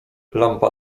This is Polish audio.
lampa